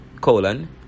colon